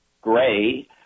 gray